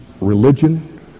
religion